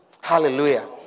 Hallelujah